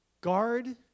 Guard